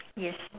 yes